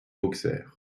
auxerre